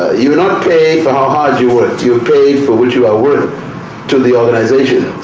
ah you are not paid for how hard you worked, you are paid for what you are worth to the organization.